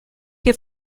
che